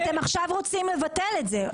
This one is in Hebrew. אתם עכשיו רוצים לבטל את זה.